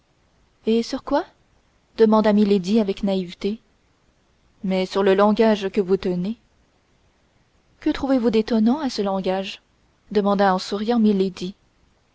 et sur quoi demanda milady avec naïveté mais sur le langage que vous tenez que trouvez-vous d'étonnant à ce langage demanda en souriant